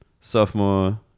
Sophomore